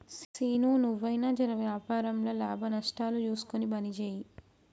సీనూ, నువ్వన్నా జెర వ్యాపారంల లాభనష్టాలు జూస్కొని పనిజేయి